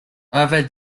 over